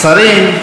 שרים,